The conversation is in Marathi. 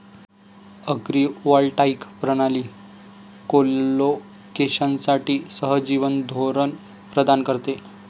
अग्रिवॉल्टाईक प्रणाली कोलोकेशनसाठी सहजीवन धोरण प्रदान करते